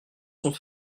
sont